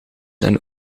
een